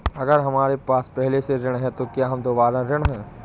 अगर हमारे पास पहले से ऋण है तो क्या हम दोबारा ऋण हैं?